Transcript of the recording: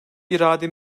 irade